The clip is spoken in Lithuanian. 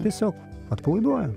tiesiog atpalaiduoja